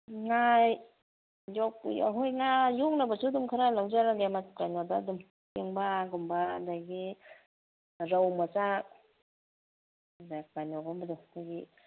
ꯉꯥ ꯍꯣꯏ ꯉꯥ ꯌꯣꯛꯅꯕꯁꯨ ꯑꯗꯨꯝ ꯈꯔ ꯂꯧꯖꯔꯒꯦ ꯀꯩꯅꯣꯗ ꯑꯗꯨꯝ ꯄꯦꯡꯕꯥꯒꯨꯝꯕ ꯑꯗꯒꯤ ꯔꯧ ꯃꯆꯥꯗ ꯀꯩꯅꯣꯒꯨꯝꯕꯗꯣ ꯑꯩꯈꯣꯏꯒꯤ